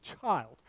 child